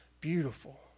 beautiful